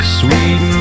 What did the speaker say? sweet